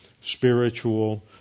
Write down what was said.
spiritual